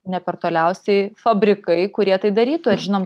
ne per toliausiai fabrikai kurie tai darytų ir žinom